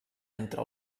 entre